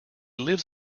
lives